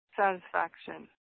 satisfaction